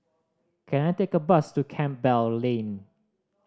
can I take a bus to Campbell Lane